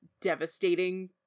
devastating